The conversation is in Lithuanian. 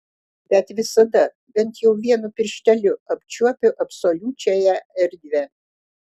bet visada bent jau vienu piršteliu apčiuopiu absoliučiąją erdvę